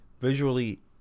visually